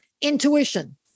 intuition